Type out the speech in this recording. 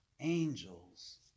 angels